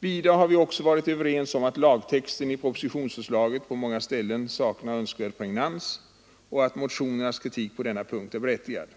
Vidare har vi också varit överens om att lagtexten i propositionsförslaget på många ställen saknar önskvärd pregnans och att motionernas kritik på denna punkt är berättigad.